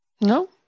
No